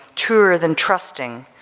truer than trusting,